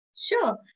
Sure